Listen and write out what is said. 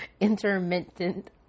intermittent